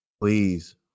please